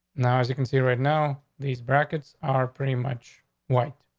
now, as you can see right now, these brackets are pretty much white.